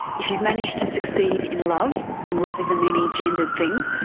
if you've managed to succeed in love and love is a many gendered thing